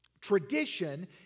Tradition